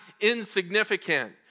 insignificant